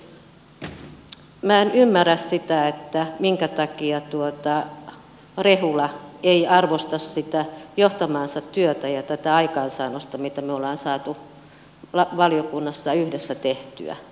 eli minä en ymmärrä sitä minkä takia rehula ei arvosta sitä johtamaansa työtä ja tätä aikaansaannosta minkä me olemme saaneet valiokunnassa yhdessä tehtyä